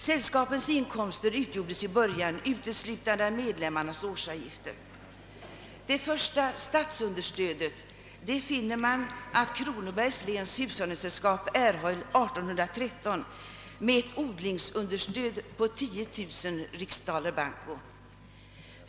Sällskapens inkomster utgjordes i början uteslutande av medlemmarnas årsavgifter. Det första statsunderstödet finner man att Kronobergs läns hushållningssällskap erhöll år 1813 med ett odlingsunderstöd på 10000 riksdaler banco.